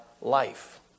life